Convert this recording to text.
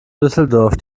düsseldorf